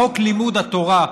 חוק לימוד התורה,